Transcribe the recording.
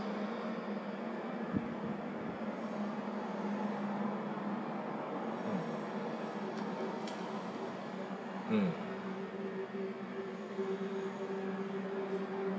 mm mm